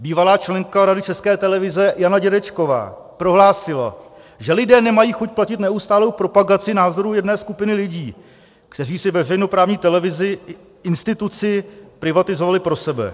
Bývalá členka Rady České televize Jana Dědečková prohlásila, že lidé nemají chuť platit neustálou propagaci názorů jedné skupiny lidí, kteří si veřejnoprávní televizi i instituci privatizovali pro sebe.